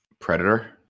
Predator